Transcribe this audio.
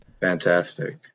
Fantastic